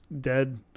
dead